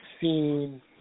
seen